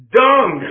dung